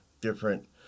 different